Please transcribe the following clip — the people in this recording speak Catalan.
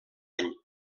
any